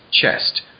chest